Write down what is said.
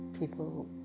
People